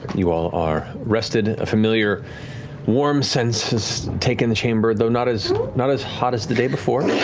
you all are rested. a familiar warm sense has taken the chamber, though not as not as hot as the day before.